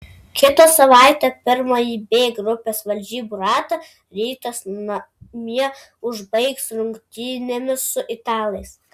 kitą savaitę pirmąjį b grupės varžybų ratą rytas namie užbaigs rungtynėmis su italais